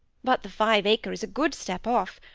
but the five-acre is a good step off.